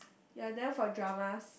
you are there for dramas